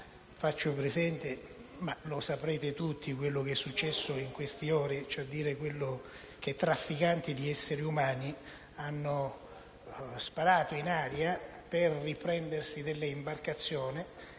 faccio presente - ma lo saprete tutti quello che è successo in queste ore - che trafficanti di esseri umani hanno sparato in aria per riprendersi delle imbarcazioni